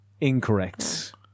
Incorrect